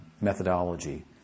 methodology